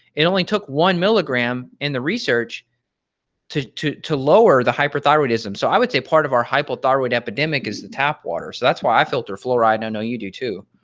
it only took one milligram in the research to to to lower the hyperthyroidism. so, i would say part of our hyperthyroid epidemic is the tap water so that's why i filter fluoride, i know you do too